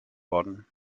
worden